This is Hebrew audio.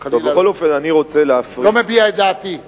חלילה לא מביע את דעתי.